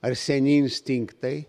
ar seni instinktai